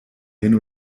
hin